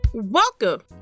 Welcome